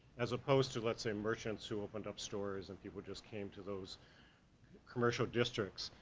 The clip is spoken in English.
as opposed to, let's say, merchants who opened up stores, and people just came to those commercial districts,